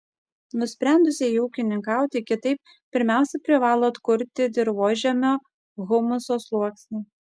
nusprendusieji ūkininkauti kitaip pirmiausia privalo atkurti dirvožemio humuso sluoksnį